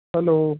hello